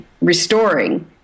restoring